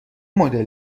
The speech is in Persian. مدل